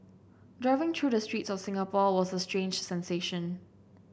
driving through the streets of Singapore was a strange sensation